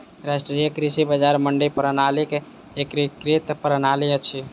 राष्ट्रीय कृषि बजार मंडी प्रणालीक एकीकृत प्रणाली अछि